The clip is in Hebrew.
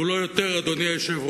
שהוא לא יותר, אדוני היושב-ראש,